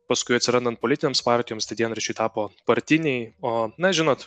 paskui atsirandant politinėms partijoms tie dienraščiui tapo partiniai o na žinot